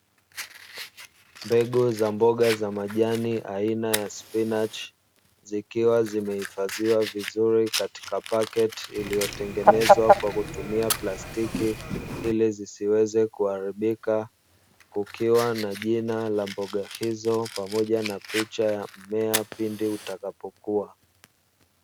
Mbegu za mboga za majani aina ya spinachi, zikiwa zimehifadhiwa vizuri katika paketi iliyo tengenezwa kwa kutumia plastiki ili zisiweze kuharibika, kukiwa na jina la mboga hizo pamoja na picha ya mmea pindi utakapo kuwa.